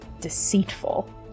deceitful